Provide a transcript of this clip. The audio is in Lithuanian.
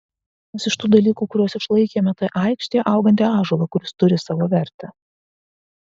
vienas iš tų dalykų kuriuos išlaikėme tai aikštėje augantį ąžuolą kuris turi savo vertę